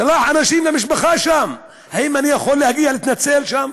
שולח אנשים למשפחה שם: האם אני יכול להגיע להתנצל שם.